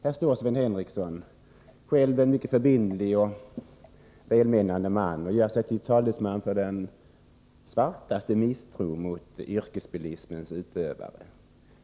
Här står Sven Henricsson, själv en mycket förbindlig och välmenande man, och gör sig till talesman för den svartaste misstro mot yrkesbilismens utövare.